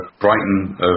Brighton